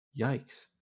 Yikes